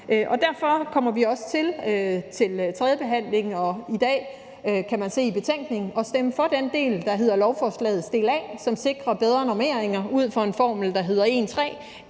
er. Derfor kommer vi også ved tredjebehandlingen til – og det kan man se i betænkningen i dag – at stemme for den del, der er lovforslagets del A, som sikrer bedre normeringer ud fra en formel, der hedder en